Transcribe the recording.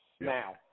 Now